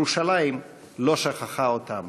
ירושלים לא שכחה אותם.